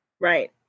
right